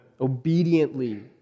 obediently